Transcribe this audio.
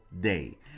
day